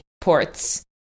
ports